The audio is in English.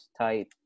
type